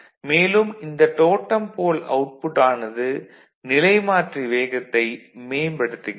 மேலும் இந்த totem pole output ஆனது நிலைமாற்றி வேகத்தை மேம்படுத்துகிறது